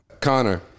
Connor